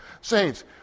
Saints